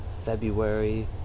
February